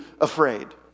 afraid